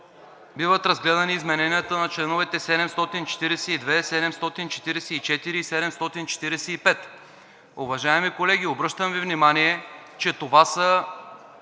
биват разгледани измененията на членове 742, 744 и 745. Уважаеми колеги, обръщам Ви внимание, че това са